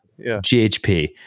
GHP